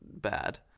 bad